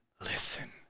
listen